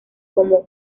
como